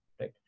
right